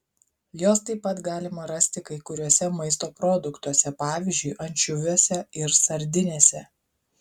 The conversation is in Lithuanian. jos taip pat galima rasti kai kuriuose maisto produktuose pavyzdžiui ančiuviuose ir sardinėse